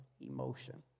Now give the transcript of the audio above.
emotion